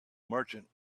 merchant